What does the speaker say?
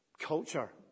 culture